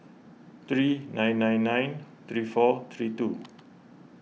three nine nine nine three four three two